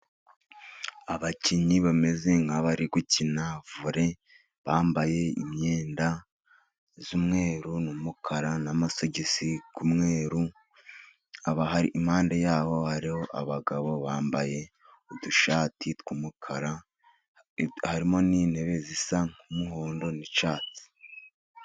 Abakinnyi bameze nk'abari gukina vore, bambaye imyenda y'umweru n'umukara, n'amasogisi y'umweru umweru. Impande yabo hariho abagabo bambaye udushati tw'umukara, harimo n'intebe zisa nkumuhondo n'icyatsi.